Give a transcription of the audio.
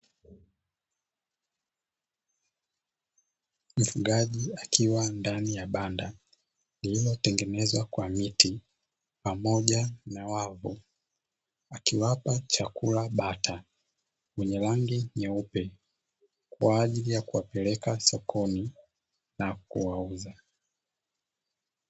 Mfugaji akiwa ndani ya banda lililotengenezwa kwa miti pamoja na wavu, akiwapa chakula bata wenye rangi nyeupe kwa ajili ya kuwapeleka sokoni na kuwauza.